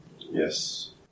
Yes